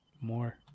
more